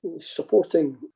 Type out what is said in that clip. supporting